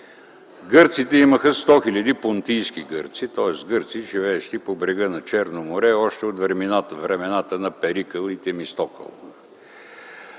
Гърците имаха 100 хил. понтийски гърци, тоест гърци, живеещи по брега на Черно море, още от времената на Перикъл и Темистокъл.